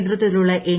നേതൃത്വത്തിലുള്ള എൻ